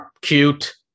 Cute